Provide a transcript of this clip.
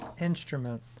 instrument